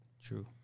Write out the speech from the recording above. True